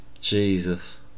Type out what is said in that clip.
Jesus